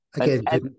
Again